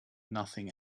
nothing